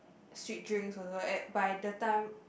sweet drinks also at by the time